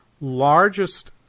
largest